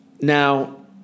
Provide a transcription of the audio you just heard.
Now